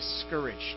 discouraged